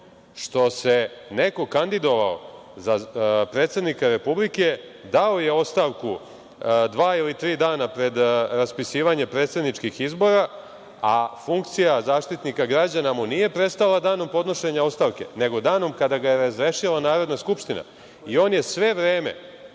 što se neko kandidovao za predsednika Republike, dao je ostavku dva ili tri dana pred raspisivanje predsedničkih izbora, a funkcija Zaštitnika građana mu nije prestala danom podnošenja ostavke, nego danom kada ga je razrešila Narodna skupština i on je sve vreme